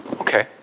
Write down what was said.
Okay